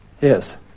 Yes